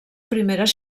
primeres